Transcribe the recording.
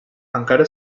encara